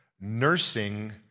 nursing